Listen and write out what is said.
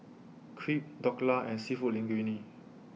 Crepe Dhokla and Seafood Linguine